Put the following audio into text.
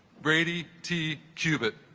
brady t cubed